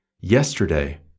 yesterday